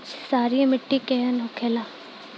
क्षारीय मिट्टी केहन होखेला?